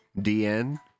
dn